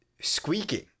squeaking